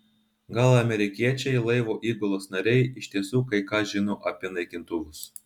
gal amerikiečiai laivo įgulos nariai iš tiesų kai ką žino apie naikintuvus